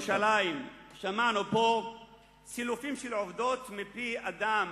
בנושא ירושלים שמענו פה סילופים של עובדות מפי אדם